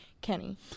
Kenny